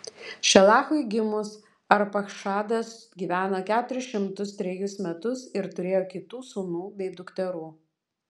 šelachui gimus arpachšadas gyveno keturis šimtus trejus metus ir turėjo kitų sūnų bei dukterų